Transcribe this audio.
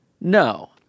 No